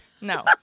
No